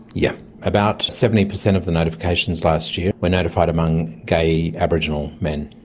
yeah about seventy percent of the notifications last year were notified among gay aboriginal men.